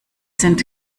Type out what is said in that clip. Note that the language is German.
sind